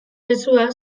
mezua